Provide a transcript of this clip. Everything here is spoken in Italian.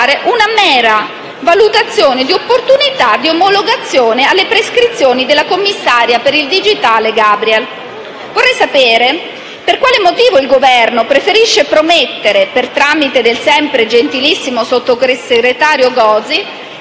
una mera valutazione di opportunità di omologazione alle prescrizioni della commissaria per il digitale Gabriel. Vorrei sapere per quale motivo il Governo preferisce promettere - per tramite del sempre gentilissimo sottosegretario Gozi